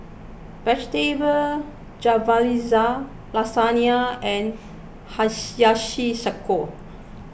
Vegetable Jalfrezi Lasagna and Hiyashi Chuka